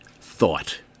thought